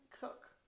Cook